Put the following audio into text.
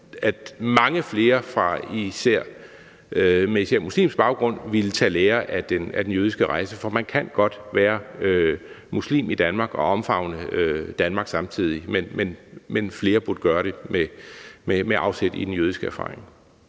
at mange flere med især muslimsk baggrund ville tage ved lære af den jødiske rejse, for man kan godt være muslim i Danmark og omfavne Danmark samtidig, men flere burde gøre det med afsæt i den jødiske erfaring.